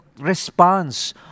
response